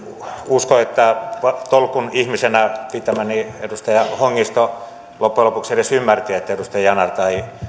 usko että tolkun ihmisenä pitämäni edustaja hongisto loppujen lopuksi edes ymmärsi niin että edustaja yanar tai